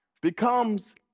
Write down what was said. Becomes